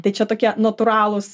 tai čia tokie natūralūs